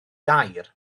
gair